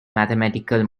mathematical